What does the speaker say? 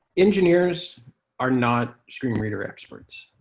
engineers are not screen reader experts.